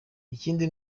ikindi